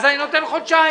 אז אני נותן חודשיים.